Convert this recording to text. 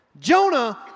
Jonah